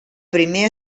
primer